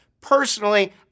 Personally